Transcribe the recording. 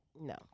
No